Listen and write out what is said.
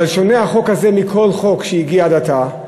אבל שונה החוק הזה מכל חוק שהגיע עד עתה,